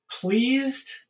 pleased